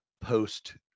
post